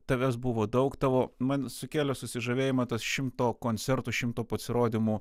tavęs buvo daug tavo man sukėlė susižavėjimą tas šimto koncertų šimto pasirodymų